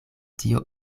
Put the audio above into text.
tio